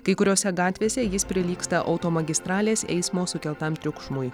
kai kuriose gatvėse jis prilygsta automagistralės eismo sukeltam triukšmui